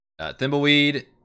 Thimbleweed